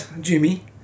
jimmy